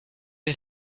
the